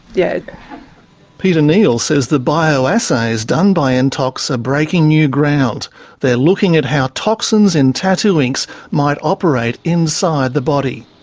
yeah peta neale says the bioassays done by entox are breaking new ground they are looking at how toxins in tattoo inks might operate inside the body.